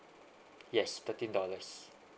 yes thirteen dollars